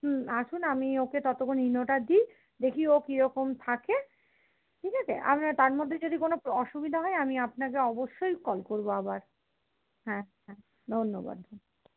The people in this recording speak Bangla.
হুম আসুন আমি ওকে ততক্ষণ ইনোটা দিই দেখি ও কিরকম থাকে ঠিক আছে আর তারমধ্যে যদি কোন অসুবিধা হয় আমি আপনাকে অবশ্যই কল করবো আবার হ্যাঁ হ্যাঁ ধন্যবাদ